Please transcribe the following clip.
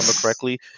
correctly